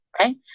Okay